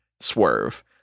swerve